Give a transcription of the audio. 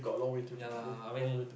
ya lah I mean